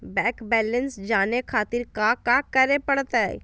Bank balance जाने खातिर काका करे पड़तई?